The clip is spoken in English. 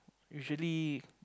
usually